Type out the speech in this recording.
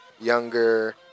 younger